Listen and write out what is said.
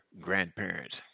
grandparents